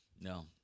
No